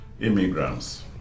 immigrants